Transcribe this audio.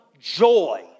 joy